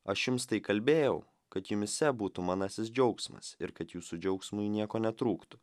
aš jums tai kalbėjau kad jumyse būtų manasis džiaugsmas ir kad jūsų džiaugsmui nieko netrūktų